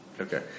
Okay